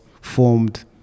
formed